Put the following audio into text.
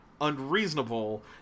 unreasonable